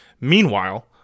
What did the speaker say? meanwhile